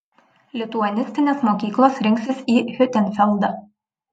lituanistinės mokyklos rinksis į hiutenfeldą